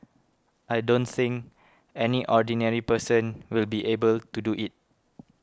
I don't think any ordinary person will be able to do it